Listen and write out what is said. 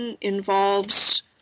Involves